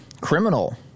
criminal